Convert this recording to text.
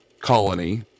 colony